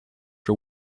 for